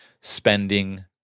spending